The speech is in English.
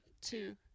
two